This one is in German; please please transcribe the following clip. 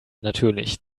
natürlich